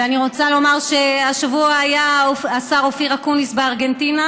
אני רוצה לומר שהשבוע היה השר אופיר אקוניס בארגנטינה